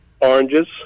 Oranges